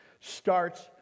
starts